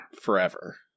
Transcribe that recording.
forever